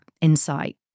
insight